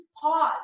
pause